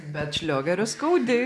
bet šliogerio skaudi